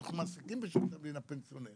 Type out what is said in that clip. אנחנו מעסיקים בשירות המדינה פנסיונרים,